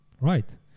right